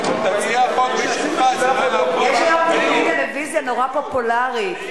יש היום תוכנית טלוויזיה נורא פופולרית,